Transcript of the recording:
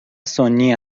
سنی